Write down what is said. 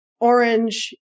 orange